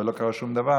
ולא קרה שום דבר.